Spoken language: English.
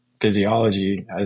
physiology